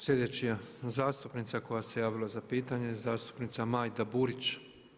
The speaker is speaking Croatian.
Sljedeća zastupnica koja se javila za pitanje je zastupnica Majda Burić.